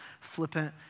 flippant